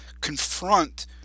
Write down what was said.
confront